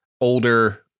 older